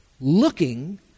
looking